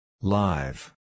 Live